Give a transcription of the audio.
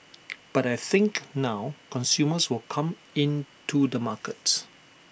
but I think now consumers will come in to the markets